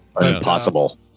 Impossible